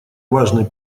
важный